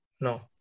no